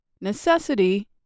necessity